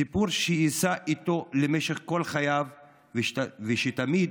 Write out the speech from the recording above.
סיפור שיישא איתו למשך כל חייו ושתמיד